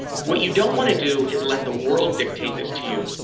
what you don't want to do is let the world dictate this to you,